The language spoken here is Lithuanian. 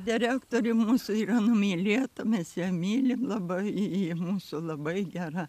direktorė mūsų yra numylėta mes ją mylim labai ji mūsų labai gera